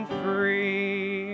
free